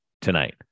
tonight